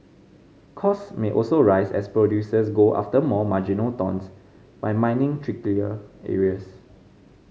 costs may also rise as producers go after more marginal tons by mining trickier areas